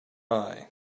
eye